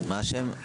מה השם?